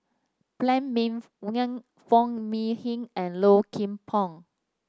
Phan Ming Yen Foo Mee Hin and Low Kim Pong